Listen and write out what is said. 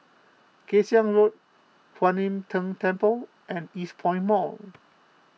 Kay Siang Road Kuan Im Tng Temple and Eastpoint Mall